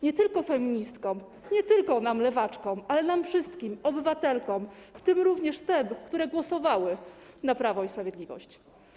Nie tylko feministkom, nie tylko nam, lewaczkom, ale nam wszystkim, obywatelkom, w tym również tym, które głosowały na Prawo i Sprawiedliwość.